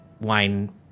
wine